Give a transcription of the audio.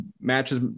matches